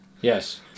Yes